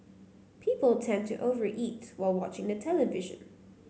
people tend to over eat while watching the television